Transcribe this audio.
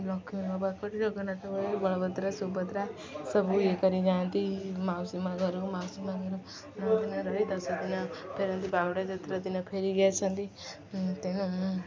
ଲକ୍ଷ୍ମୀ ନ ଜଗନ୍ନାଥ ବଳଭଦ୍ରା ସୁଭଦ୍ରା ସବୁ ଇଏ କରି ଯାଆନ୍ତି ମାଉସୀ ମାଆ ଘରୁ ମାଉସୀ ମାଆ ଘରୁ ନଅ ଦିନ ରହି ଦଶ ଦିନ ଫେରନ୍ତି ବାହୁଡ଼ା ଯାତ୍ରା ଦିନ ଫେରିକି ଆସଛନ୍ତି ତେଣୁ